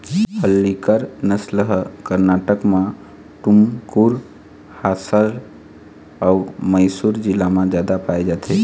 हल्लीकर नसल ह करनाटक म टुमकुर, हासर अउ मइसुर जिला म जादा पाए जाथे